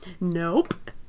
Nope